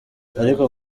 ariko